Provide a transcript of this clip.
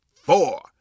four